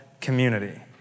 community